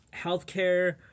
Healthcare